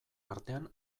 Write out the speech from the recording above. artean